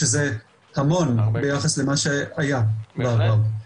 ביחס למה שהיה בעבר.